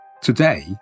Today